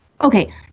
Okay